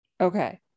okay